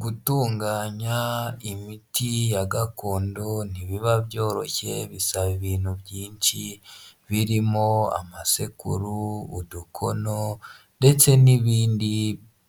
Gutunganya imiti ya gakondo ntibiba byoroshye, bisaba ibintu byinshi birimo amasekuru, udukono ndetse n'ibindi